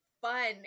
fun